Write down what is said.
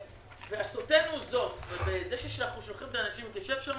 זה שאנחנו שולחים את האנשים להתיישב שם,